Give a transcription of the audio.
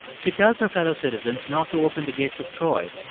she tells her fellow citizens not to open the gates of troy.